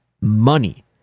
money